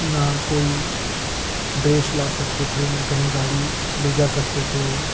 ना कोई ड्रेस ला सकते थे न कहीं गाड़ी ले जा सकते थे